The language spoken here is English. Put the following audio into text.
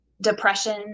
depression